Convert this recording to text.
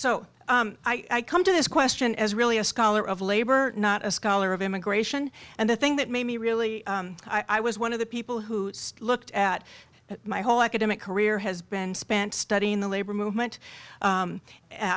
so i come to this question as really a scholar of labor not a scholar of immigration and the thing that made me really i was one of the people who looked at my whole academic career has been spent studying the labor movement